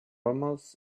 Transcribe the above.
almost